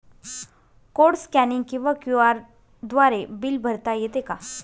Code scanning किंवा QR द्वारे bill भरता येते का?